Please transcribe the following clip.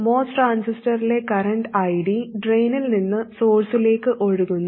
MOS ട്രാൻസിസ്റ്ററിലെ current ID ഡ്രെയിനിൽ നിന്ന് സോഴ്സിലേക്ക് ഒഴുകുന്നു